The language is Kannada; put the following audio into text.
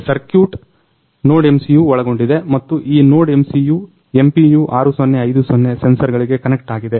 ಇಲ್ಲಿ ಸರ್ಕ್ಯುಟ್ NodeMCU ಒಳಗೊಂಡಿದೆ ಮತ್ತು ಈ NodeMCU MPU 6050 ಸೆನ್ಸರ್ಗಳಿಗೆ ಕನೆಕ್ಟ್ ಆಗಿದೆ